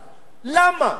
למה?